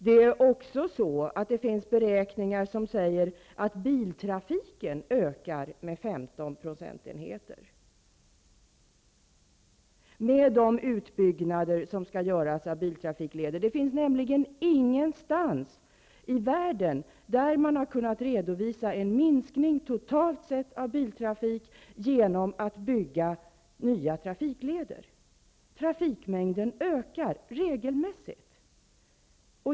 Men det finns även beräkningar som visar att biltrafiken kommer att öka med 15 procentenheter i och med de utbyggnader av biltrafikleder som skall göras. Ingenstans i världen har man kunnat redovisa en minskning totalt sett av biltrafiken genom att bygga nya trafikleder. Trafikmängden ökar regelmässigt.